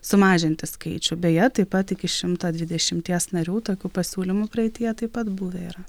sumažinti skaičių beje taip pat iki šimto dvidešimties narių tokių pasiūlymų praeityje taip pat buvę yra